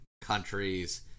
countries